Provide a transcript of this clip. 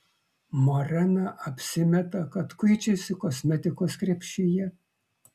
morena apsimeta kad kuičiasi kosmetikos krepšyje